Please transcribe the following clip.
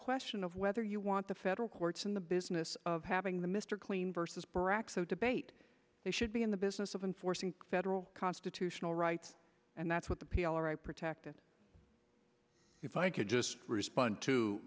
question of whether you want the federal courts in the business of having the mr clean versus brax of debate they should be in the business of enforcing federal constitutional rights and that's what the p l o right protected if i could just respond to